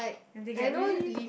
and they get really